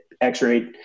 x-ray